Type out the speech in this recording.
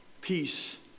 peace